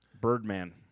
Birdman